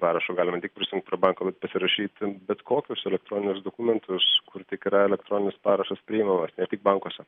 parašu galima ne tik prisijungt prie banko bet pasirašyt bet kokius elektroninius dokumentus kur tik yra elektroninis parašas priimamas ne tik bankuose